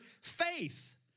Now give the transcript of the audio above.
faith